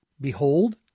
Behold